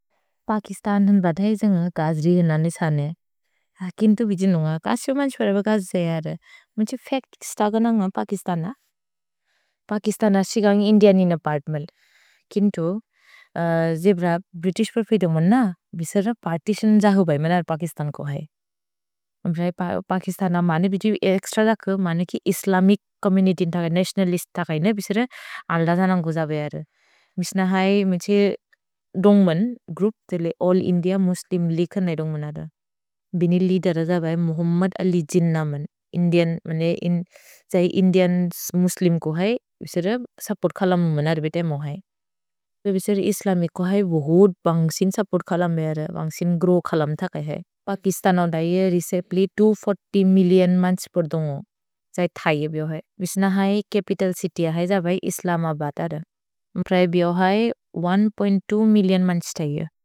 पकिस्तन बत् है जेन्ग गज्दि जेन्ग ननि सने। किन्तु बिजि नुन्ग कस्यो मन्सुअर ब गज्दि जरे। मुन्छि फक् स्तगोन न्ग पकिस्तन। पकिस्तन सिगौन्ग् इन्दिअ निन पर्त्मेल्। किन्तु, जेब्र भ्रितिश् प्रोफेदेर्मोन् न, बिसेर पर्तितिओन् जहो भेज्मेल पकिस्तन् को है। पकिस्तन मने बिजि एक्स्त्र धक, मने कि इस्लमिच् चोम्मुनित्य् धक, नतिओनलिस्त् धक जेने, बिसेर अल्द जन को जबे जरे। भिस्न है मुन्छि दोन्ग्मन्, ग्रोउप् जले अल्ल् इन्दिअ मुस्लिम् लिकन् नै दोन्ग्मन द। भिनि लेअदेर् जबे मुहम्मद् अलि जिन्न मन्। इन्दिअन्, मने जै इन्दिअन् मुस्लिम् को है, बिसेर सुप्पोर्त् खलम् मनर् बेते मो है। भिसेर इस्लमिच् को है, बहुत् बन्ग्सिन् सुप्पोर्त् खलम् जरे, बन्ग्सिन् ग्रो खलम् धक है। पकिस्तन दहि ये रेचेप्लि दो सौ चालीस मिल्लिओन् मन् सुप्पोर्त् दोन्गो, जै थये बियो है। भिस्न है चपितल् चित्य् जहे जबे इस्लमबद् जरे। जबे बियो है एक। दो मिल्लिओन् मन् स्तये।